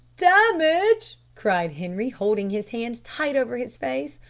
damage! cried henri, holding his hands tight over his face.